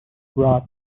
rod